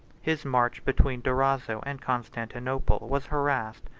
his march between durazzo and constantinople was harassed,